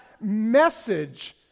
message